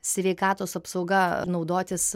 sveikatos apsauga naudotis